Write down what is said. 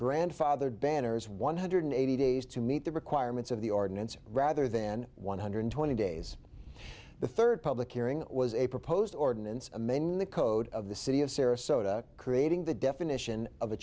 grandfathered banners one hundred eighty days to meet the requirements of the ordinance rather then one hundred twenty days the third public hearing was a proposed ordinance amend the code of the city of sarasota creating the definition of a